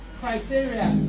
criteria